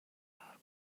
فرار